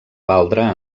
valdre